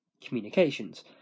communications